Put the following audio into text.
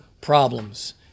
problems